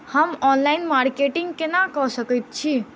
हम online marketing केना कऽ सकैत छी?